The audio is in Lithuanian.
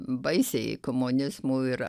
baisiai komunizmu ir